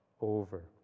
over